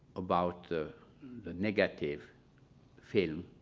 about the the negative film